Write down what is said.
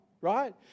right